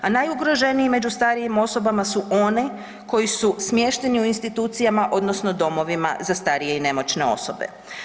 A najugroženiji među starijim osobama su one koji su smješteni u institucijama odnosno domovima za starije i nemoćne osobe.